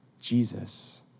Jesus